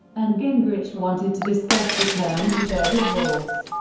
and gingrich wanted to discuss the terms of their divorce.